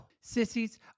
Sissies